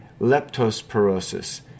leptospirosis